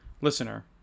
Listener